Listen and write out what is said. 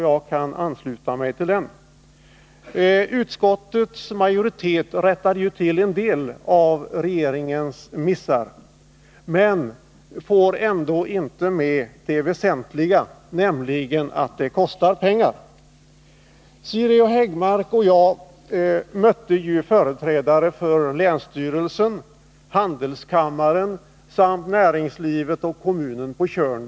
Jag kan ansluta mig till den. Utskottets majoritet har rättat till en del av regeringens missar men får ändå inte med det väsentliga, nämligen att det kostar pengar. Siri Häggmark och jag mötte för 14 dagar sedan på Tjörn företrädare för länsstyrelsen, handelskammaren, näringslivet samt kommunen.